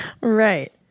Right